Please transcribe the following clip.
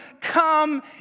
come